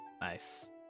nice